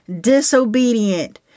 disobedient